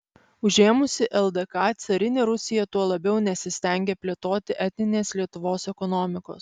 užėmusi ldk carinė rusija tuo labiau nesistengė plėtoti etninės lietuvos ekonomikos